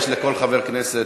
יש לכל חבר כנסת,